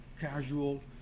casual